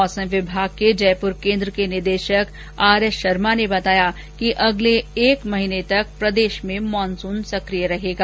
मौसम विभाग के जयपुर केन्द्र के निदेशक आरएस शर्मा ने बताया कि अगले एक माह तक प्रदेश में मानसून सक्रिय रहेगा